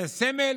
זה סמל